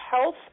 health